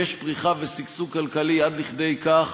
ויש פריחה ושגשוג כלכלי עד כדי כך